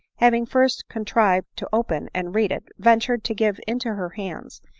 having first contrived to open, and read it, ventured to give into her hands,